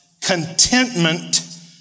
contentment